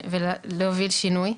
ולהוביל שינוי.